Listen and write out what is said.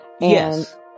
Yes